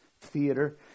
theater